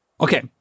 Okay